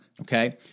okay